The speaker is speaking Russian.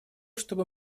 чтобы